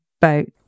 boat